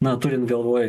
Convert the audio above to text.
na turint galvoj